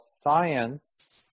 science